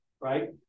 right